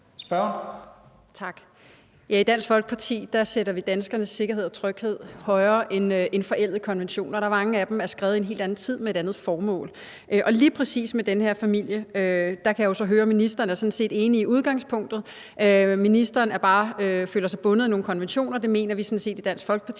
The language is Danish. i Dansk Folkeparti sætter vi danskernes sikkerhed og tryghed højere end forældede konventioner, da mange af dem er skrevet i en helt anden tid med et andet formål. Lige præcis med den her familie kan jeg jo så høre at ministeren sådan set er enig i udgangspunktet. Ministeren føler sig bare bundet af nogle konventioner. Det mener vi sådan set i Dansk Folkeparti